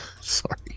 Sorry